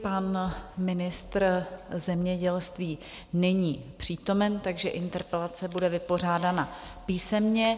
Pan ministr zemědělství není přítomen, takže interpelace bude vypořádána písemně.